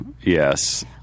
Yes